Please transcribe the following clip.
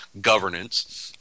governance